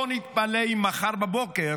לא נתפלא אם מחר בבוקר